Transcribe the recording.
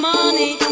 money